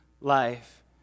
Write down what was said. life